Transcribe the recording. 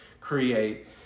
create